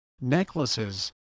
necklaces